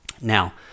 Now